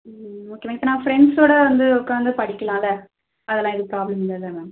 ம் okay ma'am இப்போ நான் ஃப்ரெண்ட்ஸோடு வந்து உட்காந்து படிக்கலாம்ல அதெல்லாம் எதுவும் ப்ராப்ளம் இல்லேல்ல மேம்